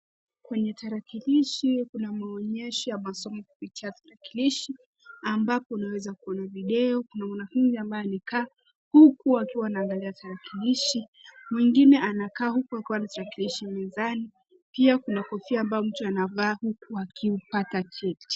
Kwenye tarakilishi kuna maonyesho ya masomo kupitia tarakilishi. Ambapo unaweza kuona video kuna mwanafunzi ambaye amekaa huku akiwa anaangalia tarakilishi. Mwengine anakaa huku akiwa na tarakilishi mezani. Pia kuna kofia ambayo mtu anavaa huku akiupata cheti.